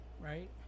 right